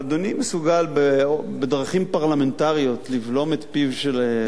אדוני מסוגל בדרכים פרלמנטריות לבלום את פיו של,